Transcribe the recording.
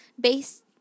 based